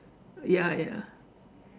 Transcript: ya ya